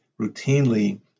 routinely